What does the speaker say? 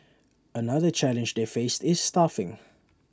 another challenge they faced is staffing